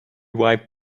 wiped